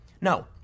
No